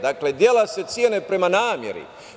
Dakle, dela se cene prema nameri.